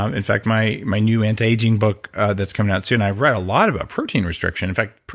um in fact my my new anti-aging book that's coming out soon, i read a lot of protein restriction. in fact,